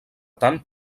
tant